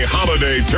Holiday